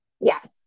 Yes